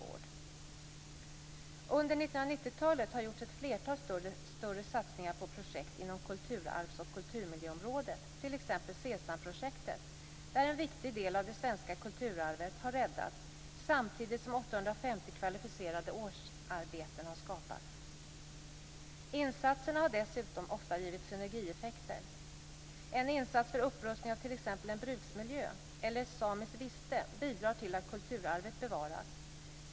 Under 1990-talet har det gjorts ett flertal större satsningar på projekt inom kulturarvs och kulturmiljöområdet, t.ex. Sesamprojektet, där en viktig del av det svenska kulturarvet har räddats samtidigt som 850 kvalificerade årsarbeten har skapats. Insatserna har ofta dessutom givit synerigieffekter. En insats för upprustning av t.ex. en bruksmiljö eller ett samiskt viste bidrar till att kulturarvet bevaras.